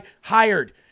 hired